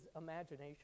imagination